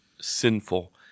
sinful